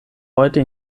heute